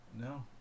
No